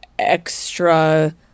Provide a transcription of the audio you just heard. extra